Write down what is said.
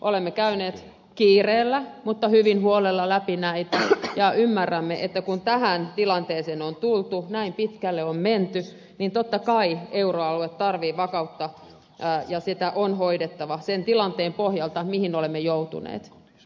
olemme käyneet kiireellä mutta hyvin huolella läpi näitä ja ymmärrämme että kun tähän tilanteeseen on tultu näin pitkälle on menty niin totta kai euroalue tarvitsee vakautta ja sitä on hoidettava sen tilanteen pohjalta mihin olemme joutuneet